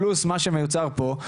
פלוס מה שמיוצר פה,